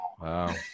Wow